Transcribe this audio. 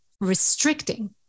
restricting